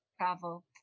travel